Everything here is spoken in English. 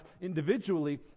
individually